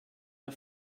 der